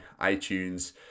iTunes